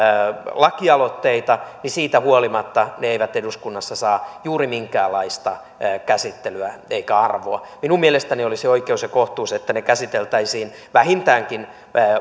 lakialoitteita mutta siitä huolimatta ne eivät eduskunnassa saa juuri minkäänlaista käsittelyä eivätkä arvoa minun mielestäni olisi oikeus ja kohtuus että ne käsiteltäisiin vähintäänkin